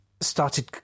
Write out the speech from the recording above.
started